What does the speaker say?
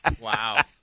Wow